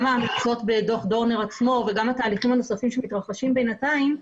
גם ההמלצות בדוח דורנר עצמו וגם התהליכים הנוספים שמתרחשים בינתיים,